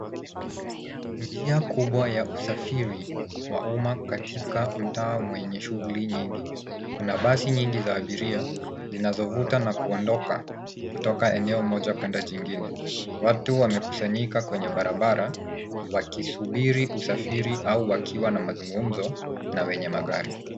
Njia kubwa ya usafiri wa umma katika mtaa wenye shughuli nyingi. Kuna basi nyingi za abiria zinazovuta na kuondoka kutoka eneo moja kwenda jingine. Watu wamekusanyika kwenye barabara wakisubiri usafiri au wakiwa na mazungumzo na wenye magari.